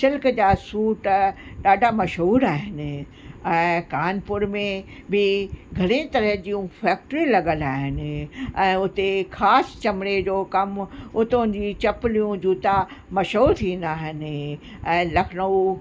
silk जा suit ॾाढा मशहूर आहिनि ऐं कानपुर में बि घणेई तरह जूं फ़ैक्ट्रियूं लॻियल आहिनि ऐं हुते ख़ासि चमड़े जो कमु उतां जी चप्पलियूं जूता मशहूर थींदा आहिनि ऐं लखनऊ